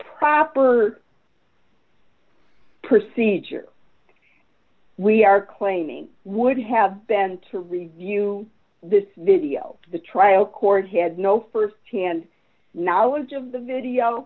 proper procedure we are claiming would have been to review this video the trial court had no firsthand knowledge of the video